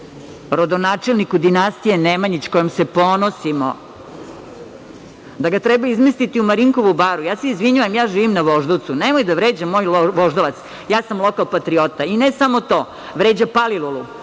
rodonačelniku dinastije Nemanjić kojom se ponosimo, da ga treba izmestiti u Marinkovu baru. Izvinjavam se, ja živim na Voždovcu, nemoj da vređa moj Voždovac. Ja sam lokal patriota. I ne samo to, vređa Palilulu,